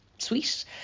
sweet